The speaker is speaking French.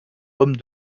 homme